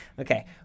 Okay